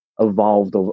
evolved